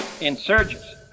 insurgents